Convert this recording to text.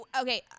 okay